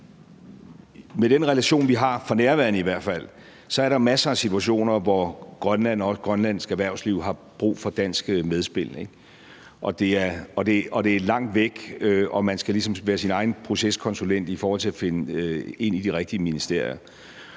med den relation, vi har, for nærværende i hvert fald, er der masser af situationer, hvor Grønland og også grønlandsk erhvervsliv har brug for dansk medspil, og det er langt væk, og man skal ligesom være sin egen proceskonsulent i forhold til at finde ind i de rigtige ministerier.